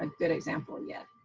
and good example yet.